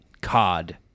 cod